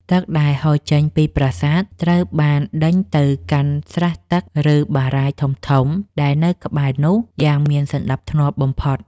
ទឹកដែលហូរចេញពីប្រាសាទត្រូវបានដេញទៅកាន់ស្រះទឹក ឬ បារាយណ៍ធំៗដែលនៅក្បែរនោះយ៉ាងមានសណ្តាប់ធ្នាប់បំផុត។